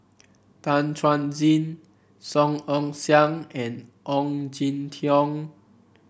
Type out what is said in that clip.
Tan Chuan Jin Song Ong Siang and Ong Jin Teong